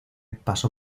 pasó